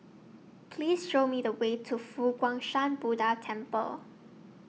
Please Show Me The Way to Fo Guang Shan Buddha Temple